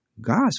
God's